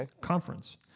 conference